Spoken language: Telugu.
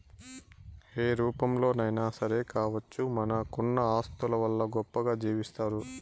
ఏ రూపంలోనైనా సరే కావచ్చు మనకున్న ఆస్తుల వల్ల గొప్పగా జీవిస్తారు